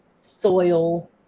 soil